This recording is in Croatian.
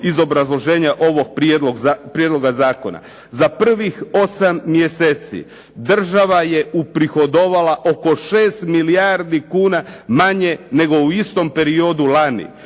iz obrazloženja ovog prijedloga zakona. Za prvih 8 mjeseci država je uprihodovala oko 6 milijardi kuna manje nego u istom periodu lani.